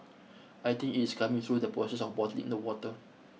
I think it is coming through the process of bottling the water